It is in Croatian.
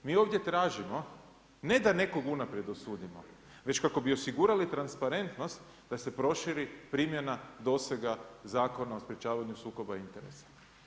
Mi ovdje tražimo ne da nekog unaprijed osudimo već kako bi osigurali transparentnost da se proširi primjena dosega Zakona o sprječavanju sukoba interesa.